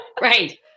Right